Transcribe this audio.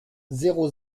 zéro